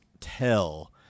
tell